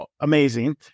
amazing